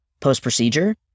post-procedure